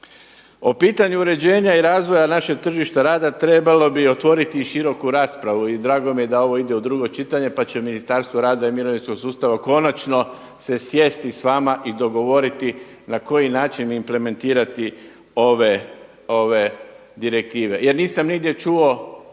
O pitanju uređenja i razvoja našeg tržišta rada trebalo bi otvoriti široku raspravu i drago mi je da ovo ide u drugo čitanje, pa će Ministarstvo rada i mirovinskog sustava konačno se sjesti s vama i dogovoriti na koji način implementirati ove direktive jer nisam nigdje čuo